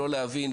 לא להבין,